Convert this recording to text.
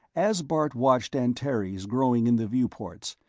as bart watched antares growing in the viewports,